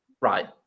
Right